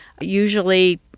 usually